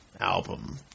album